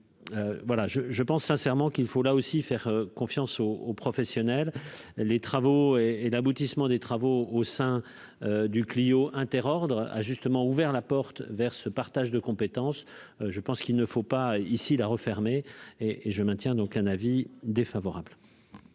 je pense sincèrement qu'il faut là aussi faire confiance au au professionnel les travaux et et l'aboutissement des travaux au sein du Clio inter-ordres a justement ouvert la porte vers ce partage de compétences, je pense qu'il ne faut pas ici la refermer et et je maintiens donc un avis défavorable.